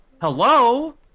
Hello